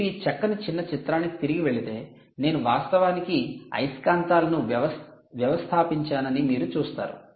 మీరు ఈ చక్కని చిన్న చిత్రానికి తిరిగి వెళితే నేను వాస్తవానికి అయస్కాంతాలను వ్యవస్థాపించానని మీరు చూస్తారు